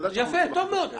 יפה, טוב מאוד.